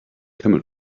camel